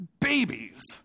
babies